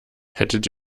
hättet